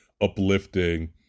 uplifting